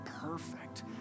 perfect